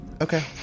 Okay